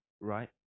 right